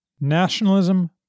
Nationalism